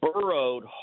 burrowed